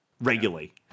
regularly